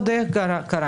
ועוד איך קרה.